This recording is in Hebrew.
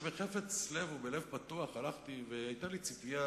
שבחפץ לב ובלב פתוח הלכתי והיתה לי ציפייה